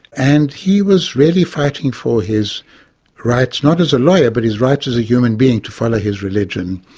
and he was really fighting for his rights, not as a lawyer but his rights as a human being to follow his religion.